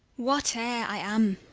whate'er i am,